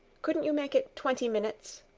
couldn't you make it twenty minutes?